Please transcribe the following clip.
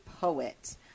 poet